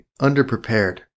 underprepared